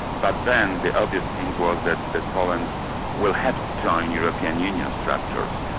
but then the obvious thing was that that poland will have to join european union structures.